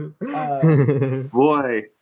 Boy